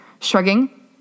shrugging